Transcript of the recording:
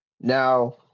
Now